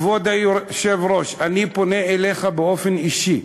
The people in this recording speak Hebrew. כבוד היושב-ראש, אני פונה אליך באופן אישי,